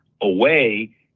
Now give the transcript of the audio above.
away